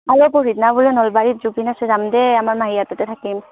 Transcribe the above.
আৰু এই পৰহিদিনা বোলে নলবাৰীত জুবিন আছে যাম দে আমাৰ মাহীহঁতৰ তাতে থাকিম